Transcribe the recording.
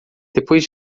depois